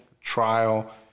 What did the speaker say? trial